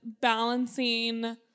balancing